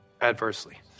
adversely